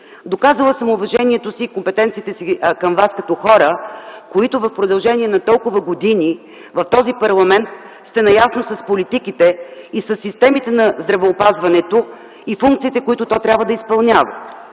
Доказала съм уважението си и компетенциите си към вас като хора, които в продължение на толкова години в този парламент сте наясно с политиките и със системите на здравеопазването и функциите, които то трябва да изпълнява.